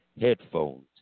headphones